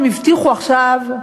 הם הבטיחו עכשיו,